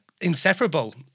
inseparable